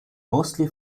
mostly